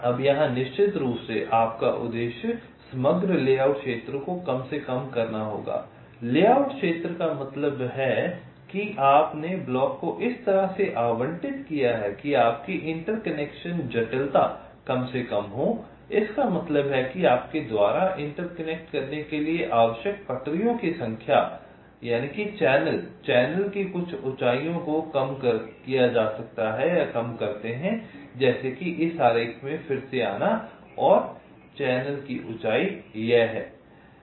अब यहाँ निश्चित रूप से आपका उद्देश्य समग्र लेआउट क्षेत्र को कम से कम करना होगा लेआउट क्षेत्र का मतलब है कि आपने ब्लॉक को इस तरह से आवंटित किया है कि आपकी इंटरकनेक्शन जटिलता कम से कम हो इसका मतलब है आपके द्वारा इंटरकनेक्ट करने के लिए आवश्यक पटरियों की संख्या इसका मतलब है कि चैनल चैनल की कुछ ऊंचाइयों को कम करते हैं जैसे कि इस आरेख में फिर से आना चैनल की ऊंचाई यह है